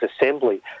Assembly